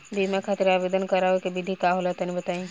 बीमा खातिर आवेदन करावे के विधि का होला तनि बताईं?